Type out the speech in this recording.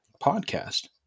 podcast